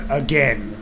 again